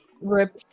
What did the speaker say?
Rip